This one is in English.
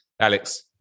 alex